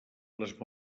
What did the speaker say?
les